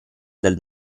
del